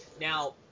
Now